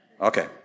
Okay